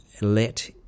let